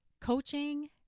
coaching